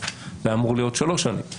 זה היה אמור להיות 3 שנים.